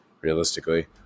realistically